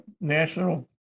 national